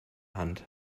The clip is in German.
hand